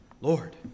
Lord